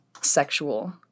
sexual